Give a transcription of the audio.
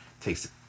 takes